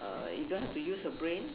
uh you don't have to use your brain